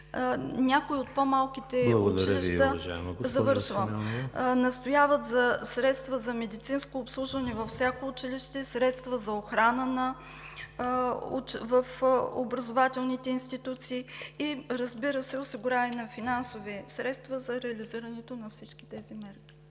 Някои от по-малките училища настояват за средства за медицинско обслужване във всяко училище, средства за охрана в образователните институции и, разбира се, осигуряване на финансови средства за реализирането на всички тези мерки.